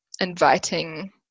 inviting